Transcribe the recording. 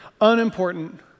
unimportant